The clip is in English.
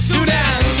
Sudan